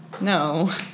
No